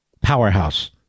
Powerhouse